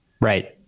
Right